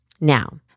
Now